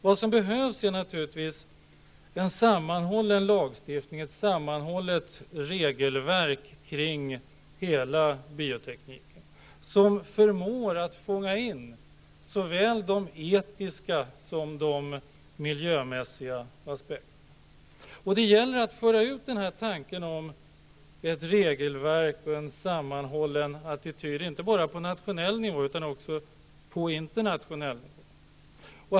Vad som behövs är naturligtvis en sammanhållen lagstiftning och ett sammanhållet regelverk kring hela biotekniken som förmår fånga in såväl de etiska som de miljömässiga aspekterna. Och det gäller att föra ut tanken om ett regelverk och en sammanhållen attityd inte bara på nationell nivå utan även på internationell nivå.